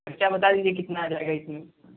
ख़र्चा बता दीजिए कितना आ जाएगा इसमें